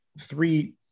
three